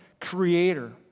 creator